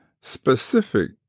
specific